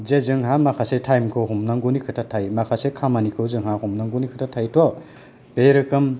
जे जोंहा माखासे टाइम खौ हमनांगौनि खोथा थायो माखासे खामानिखौ जोंहा हमनांगौनि खोथा थायोथ' बे रोखोम